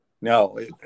No